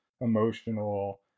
emotional